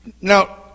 Now